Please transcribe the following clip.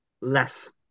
less